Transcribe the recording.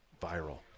Viral